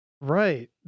right